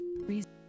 reason